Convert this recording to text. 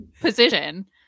position